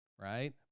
right